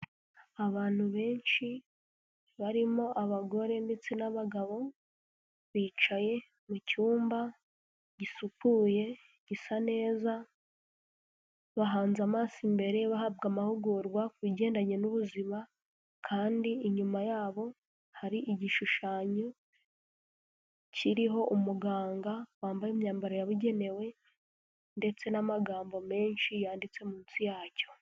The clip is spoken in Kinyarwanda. Abantu benshi, barimo abagore ndetse n'abagabo, bicaye mu cyumba gisukuye, gisa neza, bahanze amaso imbere, bahabwa amahugurwa ku bigendanye n'ubuzima kandi inyuma yabo, hari igishushanyo kiriho umuganga wambaye imyambaro yabugenewe ndetse n'amagambo menshi yanditse munsi yacyo.